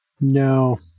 No